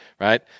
Right